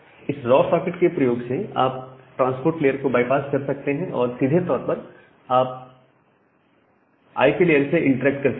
इस raw socket के प्रयोग से आप ट्रांसपोर्ट लेयर को बाईपास कर सकते हैं और सीधे तौर पर आप आई लेयर से इंटरेक्ट कर सकते हैं